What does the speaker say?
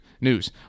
news